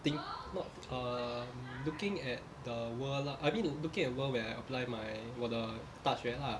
think not um looking at the world lah I mean looking at world where I apply my 我的大学 lah